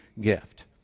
gift